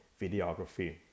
videography